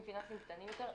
פיננסיים קטנים יותר.